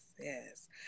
yes